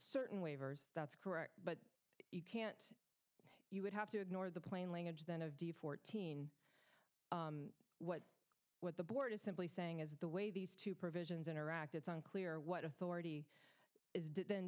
certain waivers that's correct but you can't you would have to ignore the plain language then of de fourteen what what the board is simply saying is the way these two provisions interact it's unclear what